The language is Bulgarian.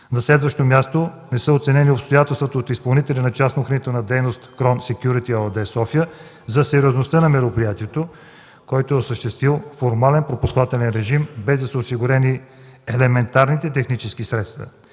На следващо място, не са оценени обстоятелствата от изпълнителя на частна охранителна дейност „Крон Секюрити” ЕООД – София, за сериозността на мероприятието, който е осъществил формален пропускателен режим, без да са осигурени елементарните технически средства